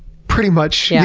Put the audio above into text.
pretty much, yeah.